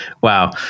Wow